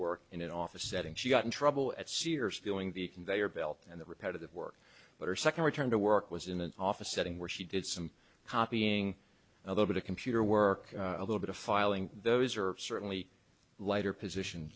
work in an office setting she got in trouble at sears feeling the conveyor belt and the repetitive work but her second return to work was in an office setting where she did some copying a little bit of computer work a little bit of filing those are certainly lighter position